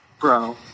bro